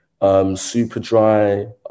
Superdry